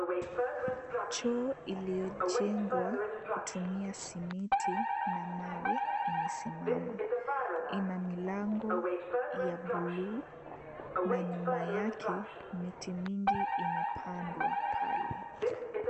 Choo iliyojengwa kutumia simiti na mawe imesimama. Ina milango ya buluu na nyuma yake miti mingi imepandwa pale.